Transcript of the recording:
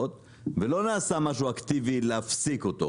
ולא נעשה משהו אקטיבי להפסיק אותו,